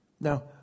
Now